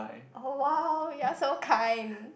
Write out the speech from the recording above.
oh !wow! you are so kind